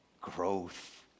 growth